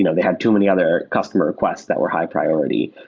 you know they had too many other customer requests that were high-priority.